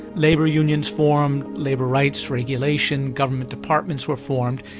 labour unions formed, labour rights, regulation, government departments were formed,